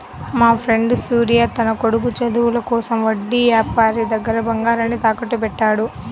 మాఫ్రెండు సూర్య తన కొడుకు చదువుల కోసం వడ్డీ యాపారి దగ్గర బంగారాన్ని తాకట్టుబెట్టాడు